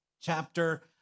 chapter